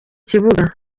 kibuga